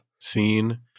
scene